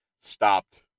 stopped